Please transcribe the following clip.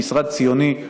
הוא משרד ציוני,